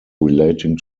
relating